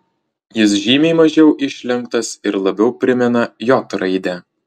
jis žymiai mažiau išlenktas ir labiau primena j raidę